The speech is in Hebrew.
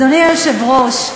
אדוני היושב-ראש,